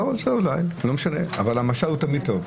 לא, זה אולי, זה לא משנה אבל המשל הוא תמיד טוב.